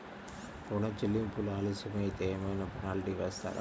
ఋణ చెల్లింపులు ఆలస్యం అయితే ఏమైన పెనాల్టీ వేస్తారా?